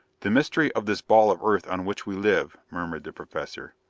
the mystery of this ball of earth on which we live! murmured the professor.